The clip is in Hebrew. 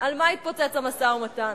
על מה התפוצץ המשא-ומתן?